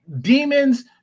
demons